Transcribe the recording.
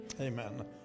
Amen